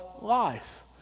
life